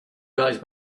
guys